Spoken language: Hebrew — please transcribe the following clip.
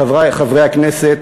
חברי חברי הכנסת,